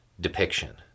depiction